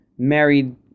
married